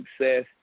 success